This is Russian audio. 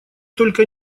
только